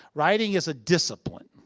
writing is a discipline.